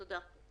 תודה.